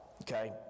okay